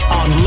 on